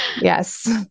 Yes